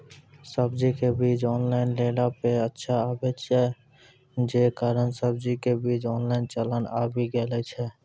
सब्जी के बीज ऑनलाइन लेला पे अच्छा आवे छै, जे कारण सब्जी के बीज ऑनलाइन चलन आवी गेलौ छै?